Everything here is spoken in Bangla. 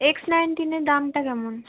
এক্স নাইন্টিনের দামটা কেমন